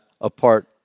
apart